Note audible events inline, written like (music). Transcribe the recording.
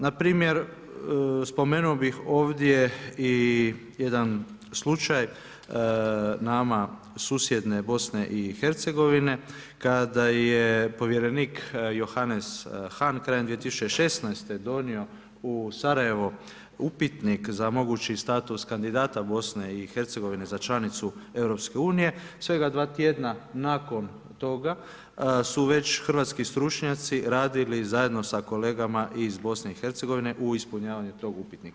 Npr. spomenuo bi ovdje i jedan slučaj, nama, susjedne BIH kada je povjerenik Johanes … (unintelligible) 2016. donio u Sarajevo upitnik za mogući status kandidata BIH za članicu EU, svega 2 tj. nakon toga, su već hrvatski stručnjaci radili zajedno sa kolegama iz BIH u ispunjavanju tog upitnika.